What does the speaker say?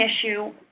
issue